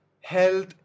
health